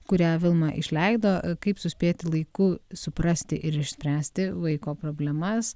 kurią vilma išleido kaip suspėti laiku suprasti ir išspręsti vaiko problemas